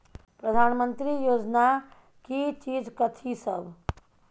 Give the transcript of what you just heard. प्रधानमंत्री योजना की चीज कथि सब?